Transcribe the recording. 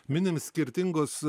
minim skirtingus